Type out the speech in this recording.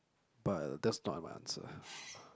but that's not my answer